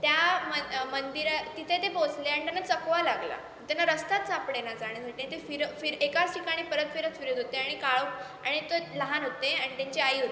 त्या मन मंदिरा तिथे ते पोचले आणि त्यांना चकवा लागला त्यांना रस्ताच सापडेना जाण्यासाठी ते फिरं फिर एकाच ठिकाणी परत फिरत फिरत होते आणि काळोख आणि ते लहान होते आणि त्यांची आई होती